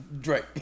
drake